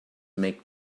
make